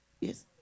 Yes